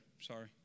sorry